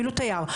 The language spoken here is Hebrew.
אפילו תייר,